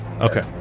Okay